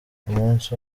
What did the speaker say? umunsi